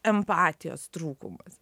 empatijos trūkumas